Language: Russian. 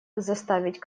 заставить